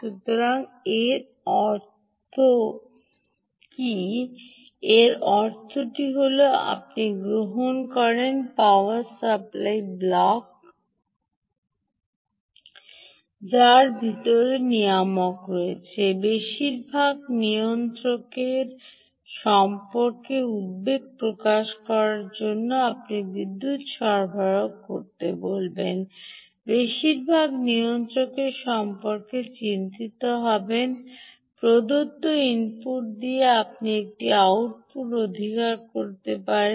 সুতরাং এর অর্থ কী এটির অর্থ হল যদি আপনি গ্রহণ করেন পাওয়ার সাপ্লাই ব্লক যার ভিতরে নিয়ামক রয়েছে বেশিরভাগ নিয়ন্ত্রকের সম্পর্কে উদ্বেগ প্রকাশ করবে যখন আপনি বিদ্যুৎ সরবরাহ বলবেন বেশিরভাগ নিয়ন্ত্রকের সম্পর্কে চিন্তিত হবেন প্রদত্ত ইনপুট দিয়ে আপনি একটি আউটপুট অধিকার পাবেন